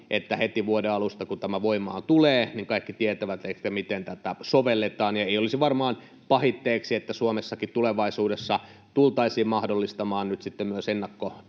että heti vuoden alusta, kun tämä tulee voimaan, kaikki tietävät, miten tätä sovelletaan. Ja ei olisi varmaan pahitteeksi, että Suomessakin tulevaisuudessa tultaisiin mahdollistamaan nyt sitten myös ennakkopäätöksen